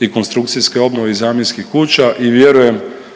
i konstrukcijske obnove i zamjenskih kuća. I vjerujem